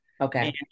Okay